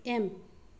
M